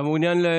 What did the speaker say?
אתה מעוניין?